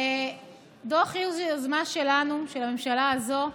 דוח הירש זה יוזמה שלנו, של הממשלה הזו,